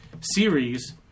Series